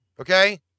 Okay